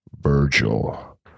Virgil